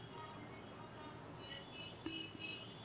अनेरूआ खरपातक प्रसार तखन होइत अछि जखन ओकरा उपयुक्त वातावरण भेटैत छै